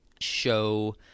show